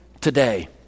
today